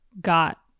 got